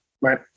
right